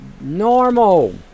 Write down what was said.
normal